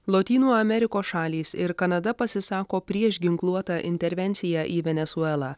lotynų amerikos šalys ir kanada pasisako prieš ginkluotą intervenciją į venesuelą